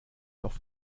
auf